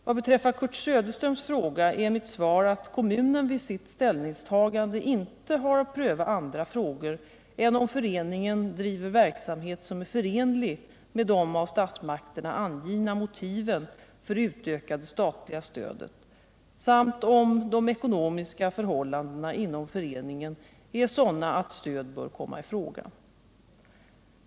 Vad beträffar Kurt Söderströms fråga är mitt svar att kommunen vid sitt ställningstagande inte har att pröva andra frågor än om föreningen driver verksamhet som är förenlig med de av statsmakterna angivna motiven för det utökade statliga stödet samt om de ekonomiska förhållandena inom föreningen är sådana att stöd bör komma i fråga.